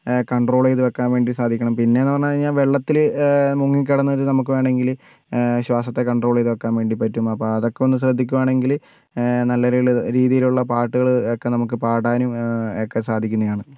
control ചെയ്ത് വയ്ക്കാൻ വേണ്ടി സാധിക്കണം പിന്നെയെന്ന് പറഞ്ഞു കഴിഞ്ഞാൽ വെള്ളത്തിൽ മുങ്ങിക്കിടന്നിട്ട് നമുക്ക് വേണമെങ്കിൽ ശ്വാസത്തെ കണ്ട്രോൾ ചെയ്ത് വയ്ക്കാൻ വേണ്ടി പറ്റും അപ്പോൾ അതൊക്കെ ഒന്ന് ശ്രദ്ധിക്കുവാണെങ്കിൽ നല്ലൊരു രീതിയിലുള്ള പാട്ടുകളൊക്കെ നമുക്ക് പാടാനും ഒക്കെ സാധിക്കുന്നതാണ്